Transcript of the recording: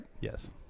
Yes